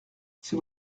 c’est